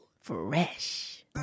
Fresh